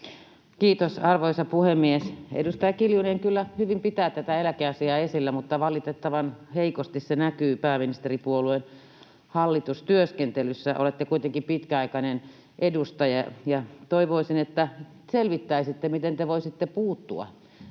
Kiitos, arvoisa puhemies! Edustaja Kiljunen kyllä hyvin pitää tätä eläkeasiaa esillä, mutta valitettavan heikosti se näkyy pääministeripuolueen hallitustyöskentelyssä. Olette kuitenkin pitkäaikainen edustaja, ja toivoisin, että selvittäisitte, miten te voisitte puuttua